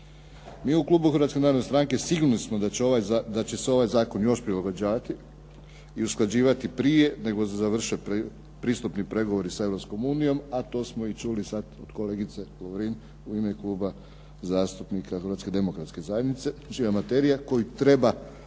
Mi u klubu Hrvatske narodne stranke sigurni smo da će se ovaj zakon još prilagođavati i usklađivati prije nego završe pristupni pregovori sa Europskom unijom, a to smo i čuli sad od kolegice Lovrin u ime Kluba zastupnika HDZ-a čija materija koju treba